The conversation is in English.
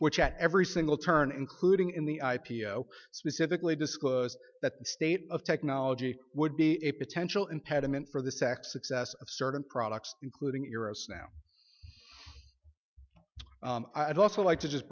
which at every single turn including in the i p o specifically disclosed that state of technology would be a potential impediment for the sec success of certain products including your us now i'd also like to just